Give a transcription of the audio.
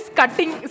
cutting